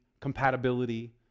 compatibility